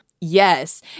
Yes